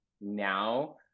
now